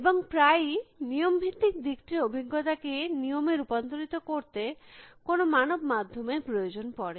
এবং প্রায়ই নিয়ম ভিত্তিক দিকটির অভিজ্ঞতাকে নিয়মে রূপান্তরিত করতে কোনো মানব মাধ্যম এর প্রয়োজন পরে